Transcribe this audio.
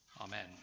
Amen